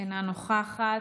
אינה נוכחת.